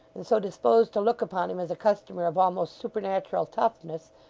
and so disposed to look upon him as a customer of almost supernatural toughness,